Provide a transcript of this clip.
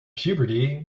puberty